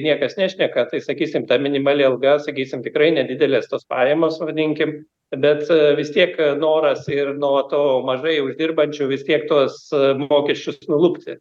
niekas nešneka tai sakysim ta minimali alga sakysim tikrai nedidelės tos pajamos vadinkim bet vis tiek noras ir nuo to mažai uždirbančių vis tiek tuos mokesčius nulupti